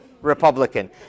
Republican